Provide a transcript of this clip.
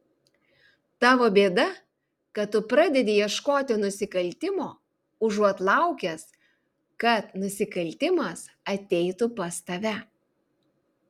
tavo bėda kad tu pradedi ieškoti nusikaltimo užuot laukęs kad nusikaltimas ateitų pas tave